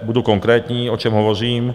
Budu konkrétní, o čem hovořím.